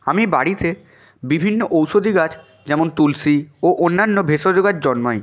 আমি বাড়িতে বিভিন্ন ঔষধি গাছ যেমন তুলসী ও অন্যান্য ভেষজ গাছ জন্মাই